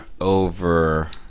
over